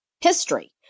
history